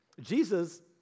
Jesus